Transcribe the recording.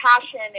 passion